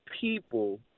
people